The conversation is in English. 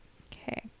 okay